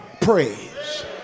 praise